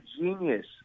genius